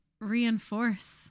reinforce